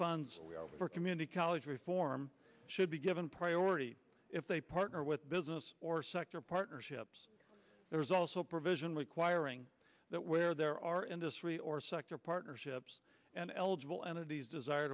funds for community college reform should be given priority if they partner with business or sector partnerships there is also provision requiring that where there are industry or sector partnerships and eligible entities desire